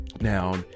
Now